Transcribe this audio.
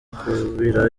kubira